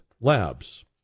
labs